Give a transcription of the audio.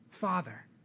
Father